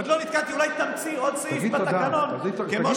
אולי תמציא עוד סעיף בתקנון כמו